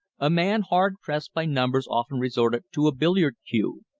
a man hard pressed by numbers often resorted to a billiard cue,